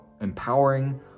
empowering